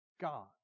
God